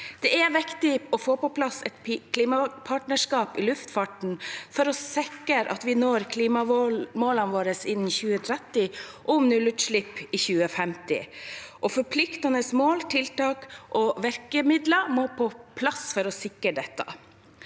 Det er viktig å få på plass et klimapartnerskap i luftfarten for å sikre at vi når klimamålene våre innen 2030 om nullutslipp i 2050, og forpliktende mål, tiltak og virkemidler må på plass for å sikre dette.